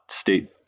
state